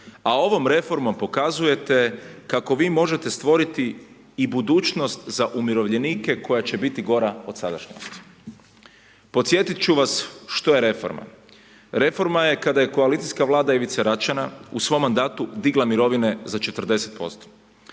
a ovom reformom pokazujete kako vi možete stvoriti i budućnost za umirovljenike koja će biti gora od sadašnjosti. Podsjetit ću vas što je reforma, reforma je kada je koalicijska vlada Ivice Račana u svom mandatu digla mirovine za 40%,